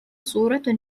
صورة